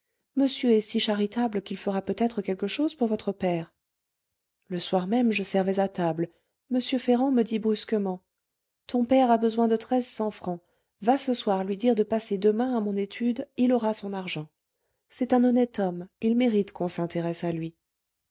monsieur est si charitable qu'il fera peut-être quelque chose pour votre père le soir même je servais à table m ferrand me dit brusquement ton père a besoin de treize cents francs va ce soir lui dire de passer demain à mon étude il aura son argent c'est un honnête homme il mérite qu'on s'intéresse à lui